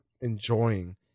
enjoying